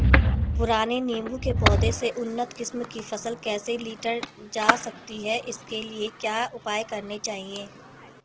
पुराने नीबूं के पौधें से उन्नत किस्म की फसल कैसे लीटर जा सकती है इसके लिए क्या उपाय करने चाहिए?